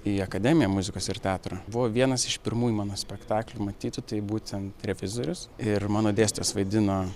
į akademiją muzikos ir teatro buvo vienas iš pirmųjų mano spektaklių matytų tai būtent revizorius ir mano dėstytojas vaidino